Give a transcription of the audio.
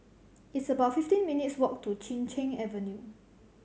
it's about fifteen minutes' walk to Chin Cheng Avenue